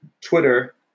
Twitter